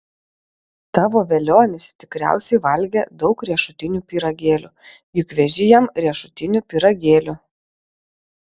tavo velionis tikriausiai valgė daug riešutinių pyragėlių juk veži jam riešutinių pyragėlių